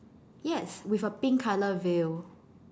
yes with a pink color veil